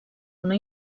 una